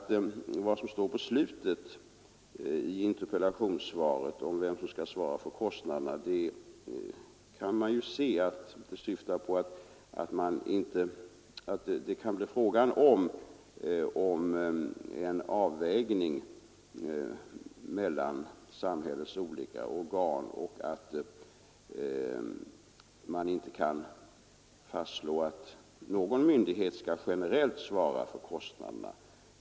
Av vad jag sade i slutet av svaret om vem som skall svara för kostnaderna kan man ju förstå att det kan bli fråga om en avvägning mellan samhällets olika organ och att det inte kan fastslås att någon myndighet generellt skall svara för kostnaderna.